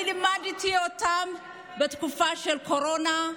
אני לימדתי אותן בתקופה של הקורונה.